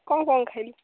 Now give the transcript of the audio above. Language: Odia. କ'ଣ କ'ଣ ଖାଇଲୁ